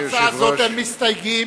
להצעה הזאת אין מסתייגים,